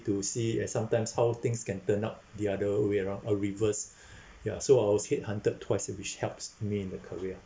to see as sometimes how things can turn up the other way around a reverse ya so I was head-hunted twice which helps me in the career